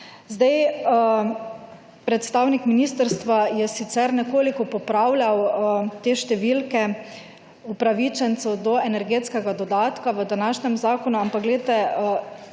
Predstavnik ministrstva je sicer nekoliko popravljal te številke upravičencev do energetskega dodatka v današnjem zakonu, ampak poglejte,